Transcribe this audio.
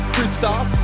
Kristoff